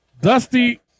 Dusty